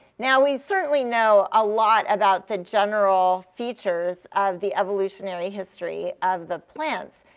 now, we certainly know a lot about the general features of the evolutionary history of the plants,